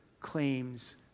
claims